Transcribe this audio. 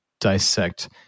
dissect